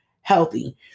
healthy